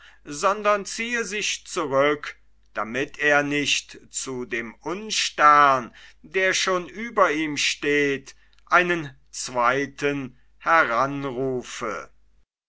sondern ziehe sich zurück damit er nicht zu dem unstern der schon über ihm steht einen zweiten